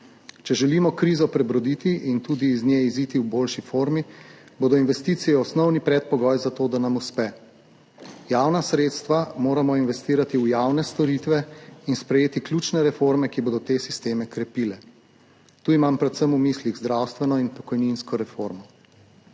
Če želimo krizo prebroditi in tudi iz nje iziti v boljši formi, bodo investicije osnovni predpogoj za to, da nam uspe. Javna sredstva moramo investirati v javne storitve in sprejeti ključne reforme, ki bodo te sisteme krepile. Tu imam v mislih predvsem zdravstveno in pokojninsko reformo.